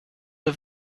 nur